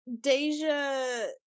Deja